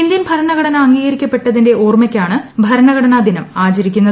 Indian ഭരണഘടന് അംഗീകരിക്കപ്പെട്ടത്തിന്റെ ഓർമ്മയ്ക്കാണ് ഭരണഘടനാ ദിനം ആചരിക്കുന്നത്